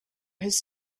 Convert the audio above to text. his